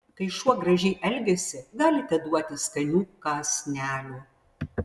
kai šuo gražiai elgiasi galite duoti skanių kąsnelių